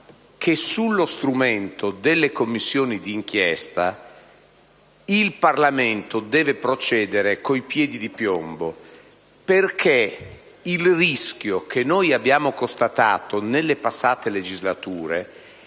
che sullo strumento delle Commissioni d'inchiesta il Parlamento debba procedere con i piedi di piombo. Infatti, ciò che abbiamo constatato nelle passate legislature